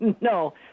no